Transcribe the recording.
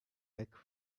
like